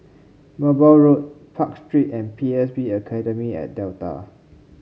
Merbau Road Park Street and P S B Academy at Delta